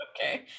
okay